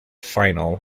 final